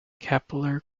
kepler